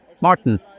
Martin